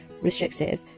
restrictive